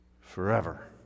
forever